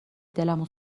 دلمو